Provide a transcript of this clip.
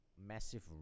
massive